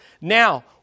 Now